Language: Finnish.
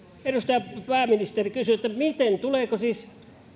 pääministeri kysyn miten tuleeko siis